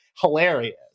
hilarious